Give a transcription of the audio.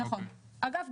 אגב,